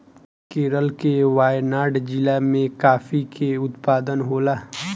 केरल के वायनाड जिला में काफी के उत्पादन होला